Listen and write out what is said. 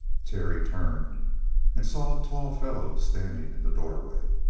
terry turned and saw a tall fellow standing in the doorway.